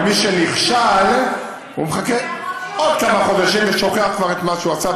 ומי שנכשל מחכה עוד כמה חודשים וכבר שוכח את מה שהוא עשה,